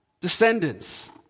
descendants